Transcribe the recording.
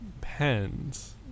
Pens